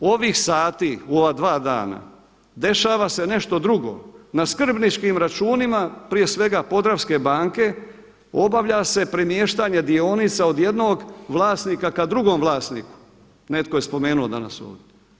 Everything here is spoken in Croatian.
U ovim sati u ova dva dana dešava se nešto drugo, na skrbničkim računima prije svega Podravske banke obavlja se premještanje dionica od jednog vlasnika ka drugom vlasniku, netko je spomenuo danas ovdje.